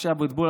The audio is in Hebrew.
משה אבוטבול,